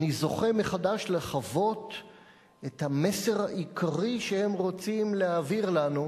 אני זוכה מחדש לחוות את המסר העיקרי שהם רוצים להעביר לנו,